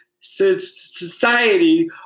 society